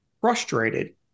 frustrated